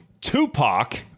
Tupac